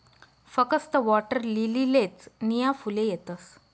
फकस्त वॉटरलीलीलेच नीया फुले येतस